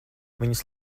viņas